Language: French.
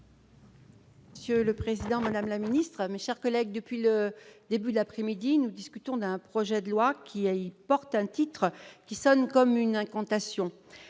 Monsieur le président, madame la ministre, mes chers collègues, depuis le début de l'après-midi, nous discutons d'un projet de loi dont le titre sonne comme une incantation